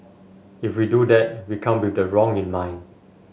if we do that we come with the wrong in mind